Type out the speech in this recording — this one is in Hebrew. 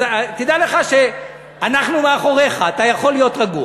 אז תדע לך שאנחנו מאחוריך, אתה יכול להיות רגוע.